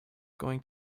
going